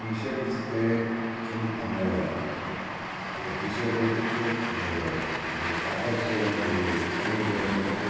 T shirt इत्युक्ते किम् अहं न जानामि तत् टि शर्ट् इत्युक्ते तत् कार्पासस्य भवन्ति सम्यक् इति वदन्ति परन्तु